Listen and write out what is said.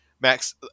Max